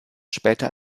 später